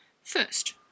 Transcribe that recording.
First